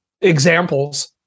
examples